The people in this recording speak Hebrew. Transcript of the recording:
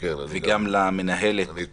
וגם למנהלת --- גם אני.